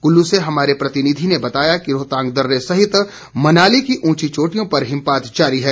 कुल्लु से हमारे प्रतिनिधि ने बताया कि रोहतांग दर्रे सहित मनाली की ऊंची पहाड़ियों पर हिमपात जारी है